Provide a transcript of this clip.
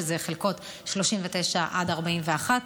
שזה חלקות 39 41,